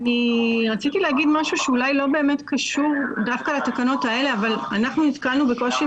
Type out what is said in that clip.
רציתי להגיד משהו שאולי לא קשור דווקא לתקנות האלה אבל נתקלנו בקושי